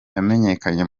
yamenyekanye